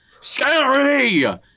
Scary